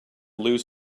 lose